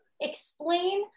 Explain